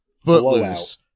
Footloose